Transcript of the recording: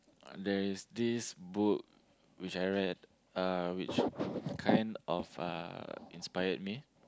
there is this book which I read uh which kind of uh inspired me